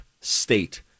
state